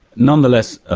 nonetheless,